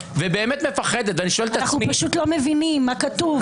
שבאמת מפחדת --- אנחנו פשוט לא מבינים מה כתוב.